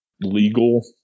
legal